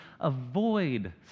avoid